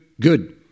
good